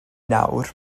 nawr